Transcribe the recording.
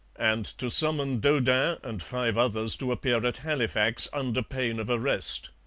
and to summon daudin and five others to appear at halifax under pain of arrest.